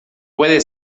puede